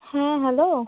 হ্যাঁ হ্যালো